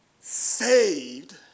saved